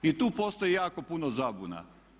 I tu postoji jako puno zabuna.